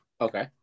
okay